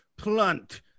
plunt